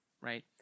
right